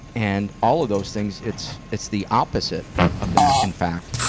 and all of those things, it's, it's the opposite of that, in fact,